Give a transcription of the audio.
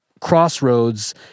crossroads